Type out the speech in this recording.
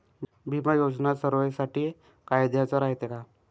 बिमा योजना सर्वाईसाठी फायद्याचं रायते का?